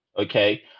Okay